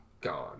gone